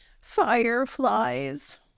Fireflies